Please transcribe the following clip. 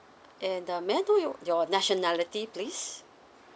and uh may I know your your nationality please